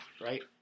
right